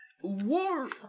War